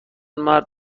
مرد